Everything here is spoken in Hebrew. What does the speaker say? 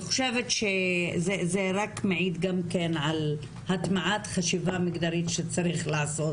זה רק מעיד גם כן על הטמעת חשיבה מגדרית שצריך לעשות,